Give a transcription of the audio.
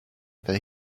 that